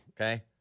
Okay